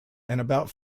about